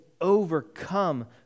overcome